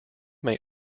may